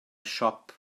siop